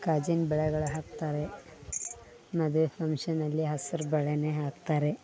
ಗಾಜಿನ ಬಳೆಗಳು ಹಾಕ್ತಾರೆ ಮದುವೆ ಫಂಕ್ಷನ್ನಲ್ಲಿ ಹಸ್ರು ಬಳೆಯೇ ಹಾಕ್ತಾರೆ